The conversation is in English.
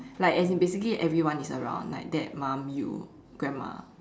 like as in basically everyone is around like dad mum you grandma